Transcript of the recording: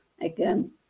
again